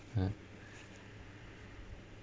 !huh!